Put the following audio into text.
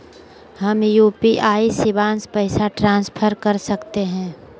हम यू.पी.आई शिवांश पैसा ट्रांसफर कर सकते हैं?